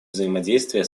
взаимодействие